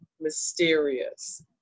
mysterious